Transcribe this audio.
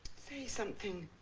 say something.